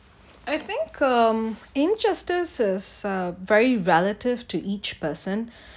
I think um injustices is a very relative to each person